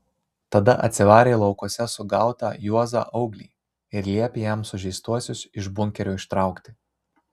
tada atsivarė laukuose sugautą juozą auglį ir liepė jam sužeistuosius iš bunkerio ištraukti